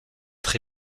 cette